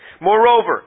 Moreover